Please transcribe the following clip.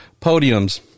podiums